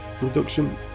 reduction